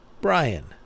Brian